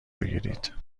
بگیرید